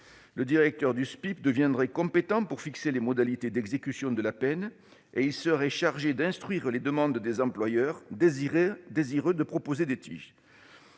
les directeurs de SPIP deviendraient compétents pour fixer les modalités d'exécution de la peine et seraient chargés d'instruire les demandes des employeurs désireux de proposer des TIG.